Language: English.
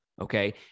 okay